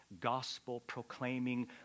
gospel-proclaiming